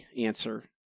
answer